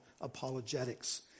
apologetics